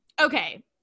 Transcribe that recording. okay